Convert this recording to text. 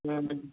हुँ